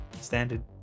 standard